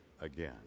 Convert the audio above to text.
again